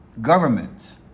government